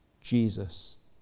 Jesus